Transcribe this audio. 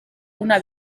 una